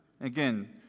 Again